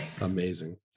Amazing